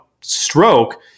stroke